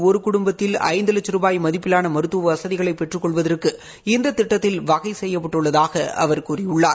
ஒரு குடும்பத்தில் ஐந்து லட்சும் ரூபாய் மதிப்பிலான மருத்துவ வசதிகளை பெற்றுக் கொள்வதற்கு இந்த திட்டத்தில் வகை செய்யப்பட்டுள்ளதாக அவர் கூறியுள்ளார்